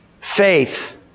faith